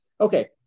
okay